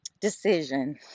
decision